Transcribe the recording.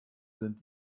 sind